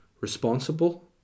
responsible